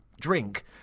drink